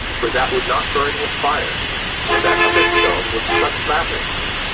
for that would not burn with fire and that other stone was clepped laterns,